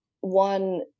one